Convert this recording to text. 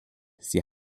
sie